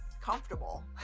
comfortable